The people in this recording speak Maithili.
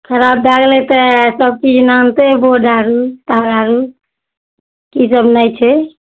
खराब भए गेलै तऽ सबचीज आनतै बोर्ड आओर तार आओर कि सब नहि छै